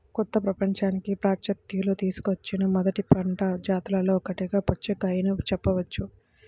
కొత్త ప్రపంచానికి పాశ్చాత్యులు తీసుకువచ్చిన మొదటి పంట జాతులలో ఒకటిగా పుచ్చకాయను చెప్పవచ్చు